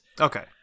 Okay